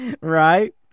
Right